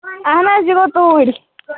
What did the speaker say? اہن حظ یہِ گوٚو توٗر